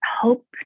hope